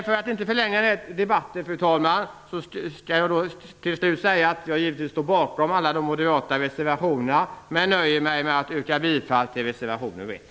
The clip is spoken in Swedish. För att inte förlänga debatten vill jag bara till slut säga att jag givetvis står bakom alla de moderata reservationerna. Men jag nöjer mig med att yrka bifall till reservation nr 1.